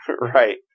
Right